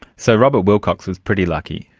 so robert wilcox was pretty lucky.